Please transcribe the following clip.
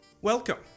Welcome